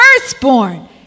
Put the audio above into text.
firstborn